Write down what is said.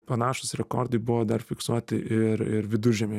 panašūs rekordai buvo dar fiksuoti ir ir viduržemio